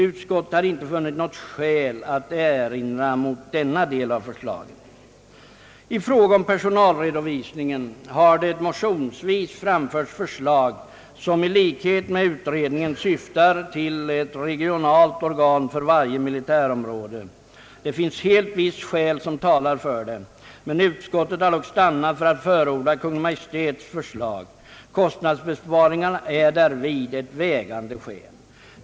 Utskottet har inte funnit något skäl att erinra mot denna del av förslaget. I fråga om personalredovisningen har det motionsvis framförts förslag som i likhet med utredningen syftar till ett regionalt organ för varje militärområde. Det finns helt visst skäl som talar för det, men utskottet har dock stannat för att förorda Kungl. Maj:ts förslag. Kostnadsbesparingarna är därvid ett vägande skäl.